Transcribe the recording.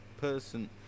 person